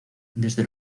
desde